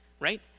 Right